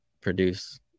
produce